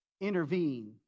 intervene